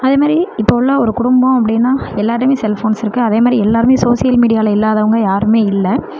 அதே மாதிரி இப்போ உள்ள ஒரு குடும்பம் அப்படினா எல்லாேருட்டையுமே செல் ஃபோன்ஸ் இருக்குது அதே மாதிரி எல்லாேருமே சோசியல் மீடியாவில் இல்லாதவங்க யாருமே இல்லை